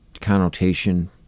connotation